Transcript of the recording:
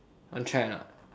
want try or not